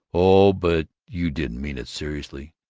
oh, but you didn't mean it seriously!